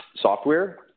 software